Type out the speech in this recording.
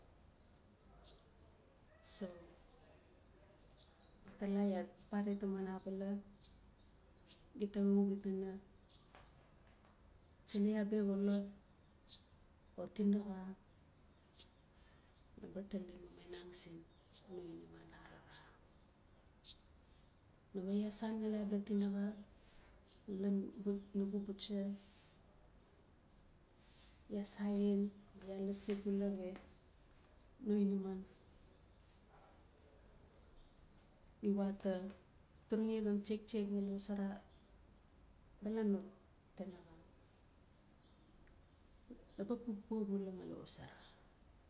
So, watala, iaa papare taman abala, gita mu, gita na tsaei abia xolot o tinaxa na ba tali abia mamainang siin no inaman arara. nawe iaa san ngali abia tinaxa lalon nu-nugu butsa, iaa saen ma iaa lasi bula we no inaman, iwaa ta turungi xan tsektsek ngali xosora balano tinaxa, naba pupua bula ngali xosora